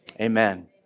amen